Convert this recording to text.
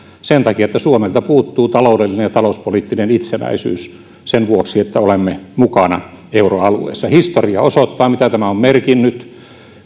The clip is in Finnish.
sen takia että suomelta puuttuu taloudellinen ja talouspoliittinen itsenäisyys sen vuoksi että olemme mukana euroalueessa historia osoittaa mitä tämä on merkinnyt